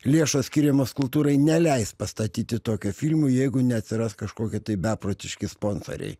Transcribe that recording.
lėšos skiriamos kultūrai neleis pastatyti tokio filmo jeigu neatsiras kažkokio beprotiški sponsoriai